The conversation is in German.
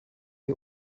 wie